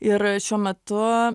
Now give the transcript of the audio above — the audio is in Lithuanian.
ir šiuo metu